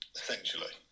essentially